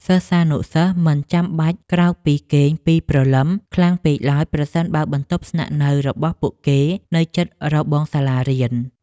សិស្សានុសិស្សមិនចាំបាច់ក្រោកពីគេងពីព្រលឹមខ្លាំងពេកឡើយប្រសិនបើបន្ទប់ស្នាក់នៅរបស់ពួកគេនៅជិតរបងសាលារៀន។